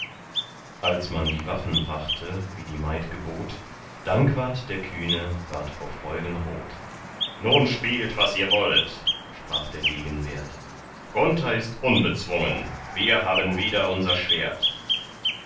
als man die waffen brachte wie die maid gebot dankwart der kühne ward vor freuden rot nun spielt was ihr wollet sprach der degen wert gunther ist unbezwungen wir haben wieder unser schwert